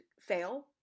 fail